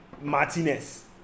Martinez